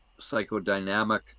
psychodynamic